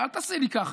אל תעשה לי ככה.